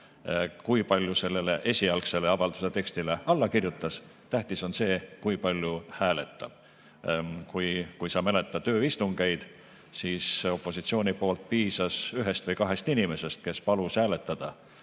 kui palju sellele esialgsele avalduse tekstile alla kirjutas, vaid tähtis on see, kui palju hääletab. Kui sa mäletad ööistungeid, siis opositsiooni poolt piisas ühest või kahest inimesest, kes palus hääletada,